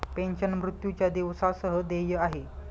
pension, मृत्यूच्या दिवसा सह देय आहे